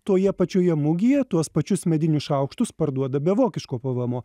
toje pačioje mugėje tuos pačius medinius šaukštus parduoda be vokiško pvmo